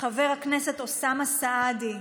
חבר הכנסת אוסאמה סעדי,